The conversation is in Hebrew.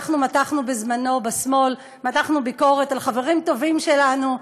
אנחנו בשמאל מתחנו בזמנו ביקורת על חברים טובים שלנו,